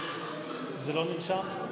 זה לא נרשם?